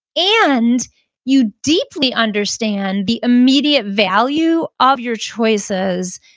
and you deeply understand the immediate value of your choices,